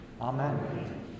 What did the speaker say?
Amen